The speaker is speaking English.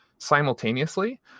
simultaneously